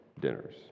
dinners